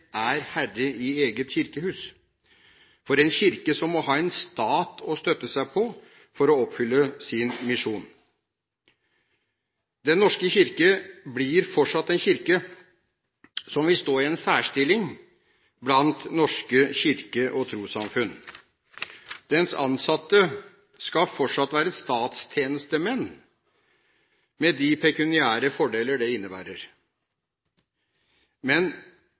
er herre i eget kirkehus – en kirke som må ha en stat å støtte seg på for å oppfylle sin misjon. Den norske kirke blir fortsatt en kirke som vil stå i en særstilling blant norske kirke- og trossamfunn. Dens ansatte skal fortsatt være statstjenestemenn, med de pekuniære fordeler det innebærer. Men